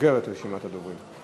סוגר את רשימת הדוברים.